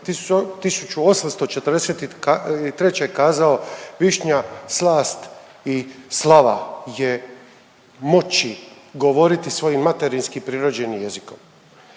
1843. kazao, višnja slast i slava je moći govoriti svojim materinjski prirođeni jezikom.